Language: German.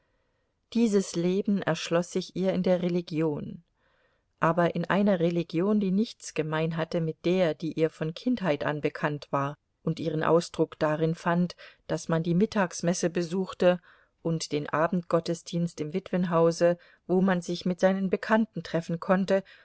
dieses leben erschloß sich ihr in der religion aber in einer religion die nichts gemein hatte mit der die ihr von kindheit an bekannt war und ihren ausdruck darin fand daß man die mittagsmesse besuchte und den abendgottesdienst im witwenhause wo man sich mit seinen bekannten treffen konnte